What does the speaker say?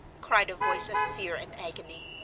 cried a voice of fear and agony,